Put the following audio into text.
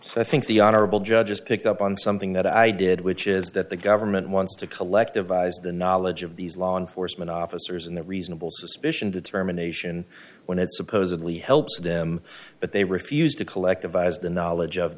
so i think the honorable judge has picked up on something that i did which is that the government wants to collectivize the knowledge of these law enforcement officers and that reasonable suspicion determination when it supposedly helps them but they refused to collectivize the knowledge of